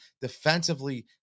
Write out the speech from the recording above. defensively